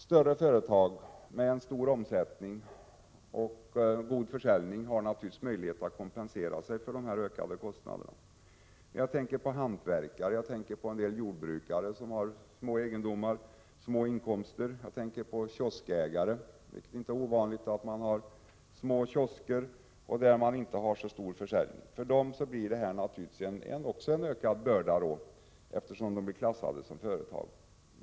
Större företag med stor omsättning och god försäljning har naturligtvis möjlighet att kompensera sig för dessa ökade kostnader, men jag tänker på hantverkare, på en del jordbrukare med små egendomar och små inkomster och på vissa kioskägare — det är inte ovanligt att man har små kiosker, där försäljningen inte är så stor. Om dessa klassas som företag blir den högre abonnemangsavgiften en ökad börda.